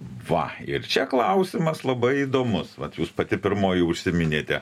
va ir čia klausimas labai įdomus vat jūs pati pirmoji užsiminėte